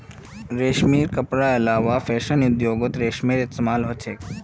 रेशमी कपडार अलावा फैशन उद्द्योगोत रेशमेर इस्तेमाल होचे